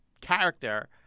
character